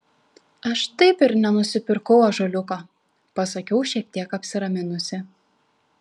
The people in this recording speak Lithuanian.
aš taip ir nenusipirkau ąžuoliuko pasakiau šiek tiek apsiraminusi